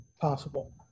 possible